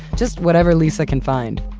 just whatever lisa can find.